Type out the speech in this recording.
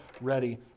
ready